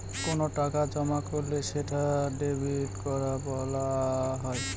কোনো টাকা জমা করলে সেটা ডেবিট করা বলা হয়